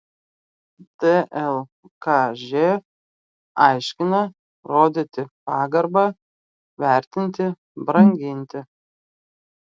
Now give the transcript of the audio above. dlkž aiškina rodyti pagarbą vertinti branginti